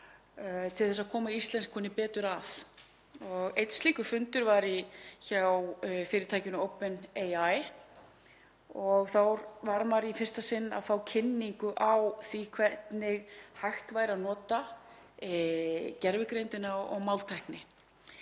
til þess að koma íslenskunni betur að. Einn slíkur fundur var hjá fyrirtækinu OpenAI og þá var maður í fyrsta sinn að fá kynningu á því hvernig hægt væri að nota gervigreindina og máltækni.